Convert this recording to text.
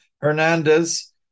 Hernandez